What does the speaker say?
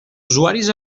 usuaris